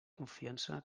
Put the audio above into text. confiança